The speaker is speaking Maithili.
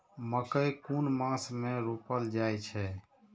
मकेय कुन मास में रोपल जाय छै?